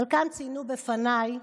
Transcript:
חלקם ציינו בפניי